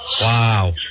Wow